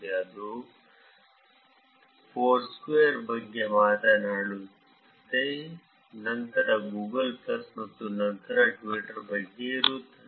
ಇಲ್ಲಿ ಅದು ಫೋರ್ಸ್ಕ್ವೇರ್ ಬಗ್ಗೆ ಮಾತನಾಡುತ್ತಿದೆ ನಂತರ ಗೂಗಲ್ ಪ್ಲಸ್ ಮತ್ತು ನಂತರ ಟ್ವಿಟರ್ ಬಗ್ಗೆ ಇರುತ್ತದೆ